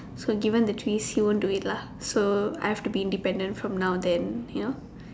so given the choice he won't do it lah so I have to be independent from now then you know